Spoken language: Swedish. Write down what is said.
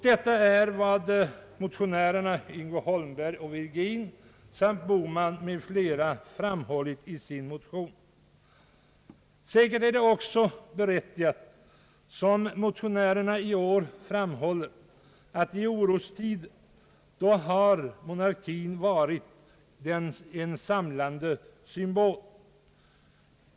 Detta är vad motionärerna, herrar Yngve Holmberg och Virgin samt Bohman m.fl., framhållit i sin motion. Säkert är det också berättigat, som motionärerna i år framhåller, att monarkien varit en samlande symbol i orostider.